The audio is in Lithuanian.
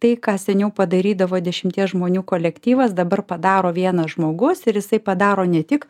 tai ką seniau padarydavo dešimties žmonių kolektyvas dabar padaro vienas žmogus ir jisai padaro ne tik